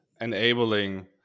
enabling